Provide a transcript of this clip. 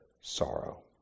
sorrow